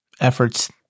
efforts